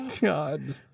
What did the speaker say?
god